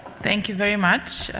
thank you very much.